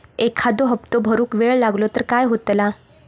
एखादो हप्तो भरुक वेळ लागलो तर काय होतला?